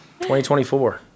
2024